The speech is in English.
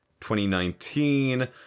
2019